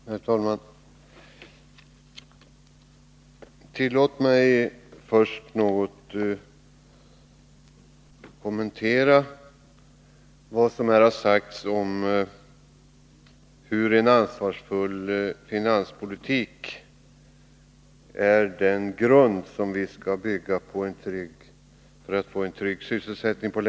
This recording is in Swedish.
Herr talman! Tillåt mig först att något kommentera vad som har sagts om att en ansvarsfull finanspolitik är den grund som vi skall bygga på för att på längre sikt få en trygg sysselsättning.